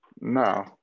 no